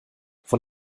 von